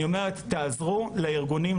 אני אומרת: תעזרו לארגונים,